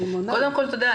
קודם כול, תודה.